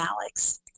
Alex